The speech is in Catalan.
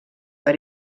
per